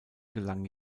gelang